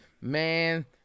man